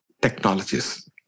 technologies